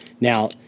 Now